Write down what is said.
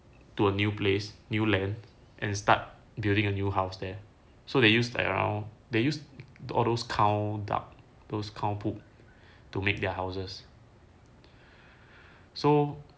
to a new place new land and start building a new house there so they used around they use all those cow dunk those cow poop to make their houses so